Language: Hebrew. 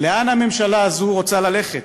לאן הממשלה הזו רוצה ללכת?